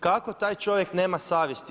Kako taj čovjek nema savjesti?